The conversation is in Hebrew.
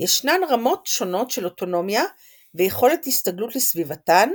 ישנן רמות שונות של אוטונומיה ויכולת הסתגלות לסביבתן